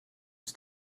was